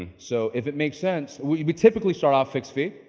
so if it makes sense, we we typically start off fixed fee.